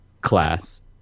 class